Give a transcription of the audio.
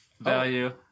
Value